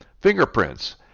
fingerprints